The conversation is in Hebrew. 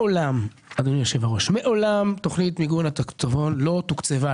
מעולם תכנית מיגון הצפון לא תוקצבה,